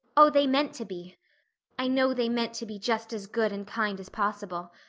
oh, they meant to be i know they meant to be just as good and kind as possible.